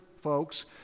folks